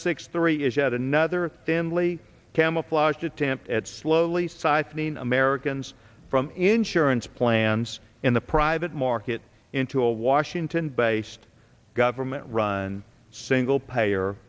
six three is yet another family camouflaged attempt at slowly siphoning americans from insurance plans in the private market into a washington based government run single payer